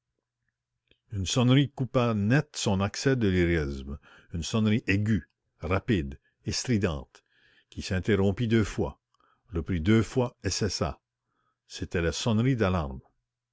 une sonnerie coupa net son accès de lyrisme une sonnerie aiguë rapide et stridente qui s'interrompit deux fois reprit deux fois et cessa